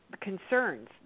concerns